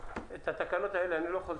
אני לא יכול לתקן את התקנות האלה.